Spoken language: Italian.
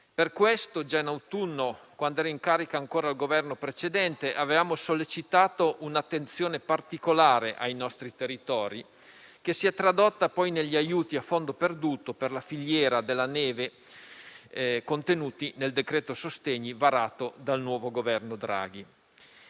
Per questo, già in autunno, quando era ancora in carica il Governo precedente, avevamo sollecitato un'attenzione particolare ai nostri territori, che si è tradotta poi negli aiuti a fondo perduto per la filiera della neve, contenuti nel decreto sostegni, varato dal nuovo Governo Draghi.